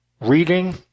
reading